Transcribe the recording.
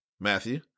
matthew